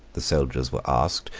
the soldiers were asked,